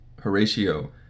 Horatio